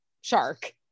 shark